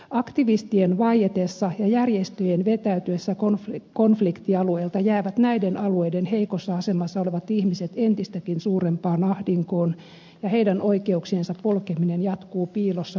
aktivistien vaietessa ja järjestöjen vetäytyessä konfliktialueilta jäävät näiden alueiden heikossa asemassa olevat ihmiset entistäkin suurempaan ahdinkoon ja heidän oikeuksiensa polkeminen jatkuu piilossa muulta maailmalta